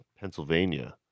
Pennsylvania